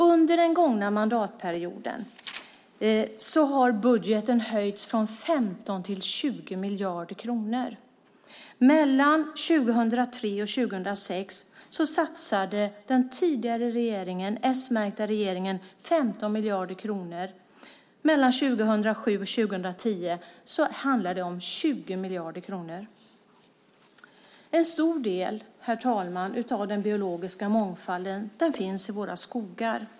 Under den gånga mandatperioden höjdes budgeten från 15 till 20 miljarder kronor. Mellan 2003 och 2006 satsade den S-märkta regeringen 15 miljarder kronor. Mellan 2007 och 2010 satsade vi 20 miljarder kronor. Herr talman! En stor av del av den biologiska mångfalden finns i våra skogar.